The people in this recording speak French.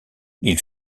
ils